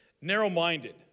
narrow-minded